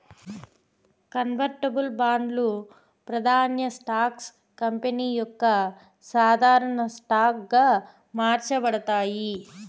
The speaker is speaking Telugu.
కన్వర్టబుల్ బాండ్లు, ప్రాదాన్య స్టాక్స్ కంపెనీ యొక్క సాధారన స్టాక్ గా మార్చబడతాయి